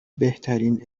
بهترین